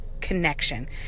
connection